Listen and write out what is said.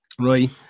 Right